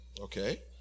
Okay